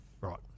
Right